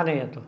आनयतु